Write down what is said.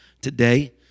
today